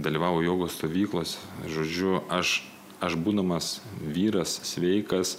dalyvavo jogos stovyklos žodžiu aš aš būdamas vyras sveikas